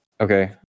Okay